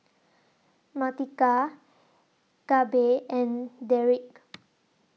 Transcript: Martika Gabe and Derik